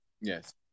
Yes